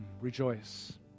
Rejoice